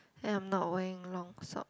and I'm not wearing long sock